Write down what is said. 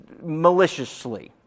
maliciously